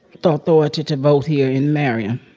authority to vote here in marion.